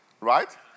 right